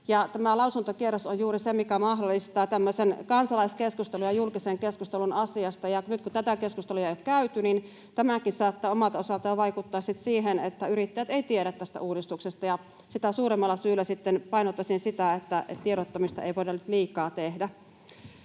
Tämä lausuntokierros on juuri se, mikä mahdollistaa tämmöisen kansalaiskeskustelun ja julkisen keskustelun asiasta, ja nyt kun tätä keskustelua ei käyty, niin tämäkin saattaa omalta osaltaan vaikuttaa sitten siihen, että yrittäjät eivät tiedä tästä uudistuksesta. Sitä suuremmalla syyllä sitten painottaisin sitä, että tiedottamista ei voida nyt liikaa tehdä.